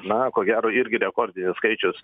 na ko gero irgi rekordinis skaičius